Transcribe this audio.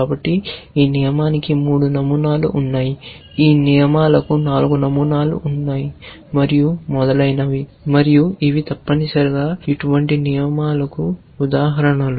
కాబట్టి ఈ నియమానికి 3 నమూనాలు ఉన్నాయి ఈ నియమాలకు 4 నమూనాలు మరియు మొదలైనవి ఉన్నాయి మరియు ఇవి తప్పనిసరిగా ఇటువంటి నియమాలకు ఉదాహరణలు